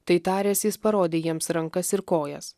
tai taręs jis parodė jiems rankas ir kojas